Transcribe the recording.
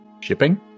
Shipping